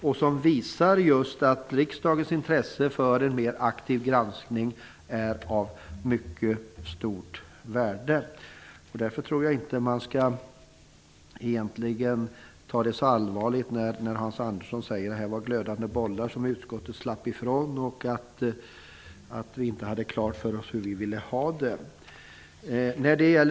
Den visar just att riksdagens intresse för en mer aktiv granskning är av mycket stort värde. Därför tror jag egentligen inte att man skall ta så allvarligt på det som Hans Andersson sade om att utskottet slapp ifrån glödande bollar och att vi inte hade klart för oss hur vi ville ha det.